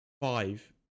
five